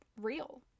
real